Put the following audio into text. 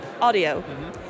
audio